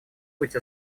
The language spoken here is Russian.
быть